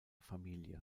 familie